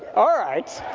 alright,